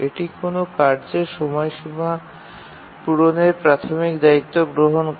এটি কোনও কার্যের সময়সীমা পূরণের প্রাথমিক দায়িত্ব গ্রহণ করে